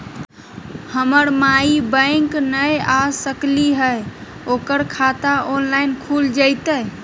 हमर माई बैंक नई आ सकली हई, ओकर खाता ऑनलाइन खुल जयतई?